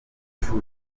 igicucu